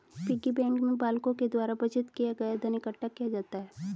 piggy bank में बालकों के द्वारा बचत किया गया धन इकट्ठा किया जाता है